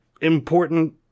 important